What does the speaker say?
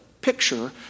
picture